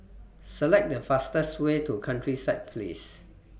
Select The fastest Way to Countryside Place